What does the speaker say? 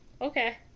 Okay